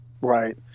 right